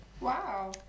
Wow